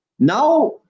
now